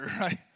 right